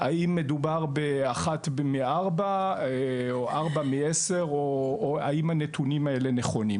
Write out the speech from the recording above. "האם מדובר באחת מארבע או ארבע מעשר?" או: "האם הנתונים האלה נכונים?".